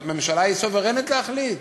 אבל ממשלה היא סוברנית להחליט.